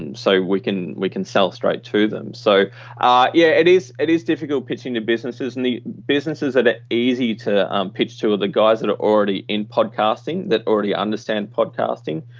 and so we can we can sell straight to them. so yeah it is it is difficult pitching to businesses. and the businesses that are ah easy to um pitch to are the guys that are already in podcasting that already understand podcasting.